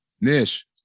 Nish